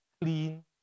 clean